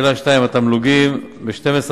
2. התמלוגים,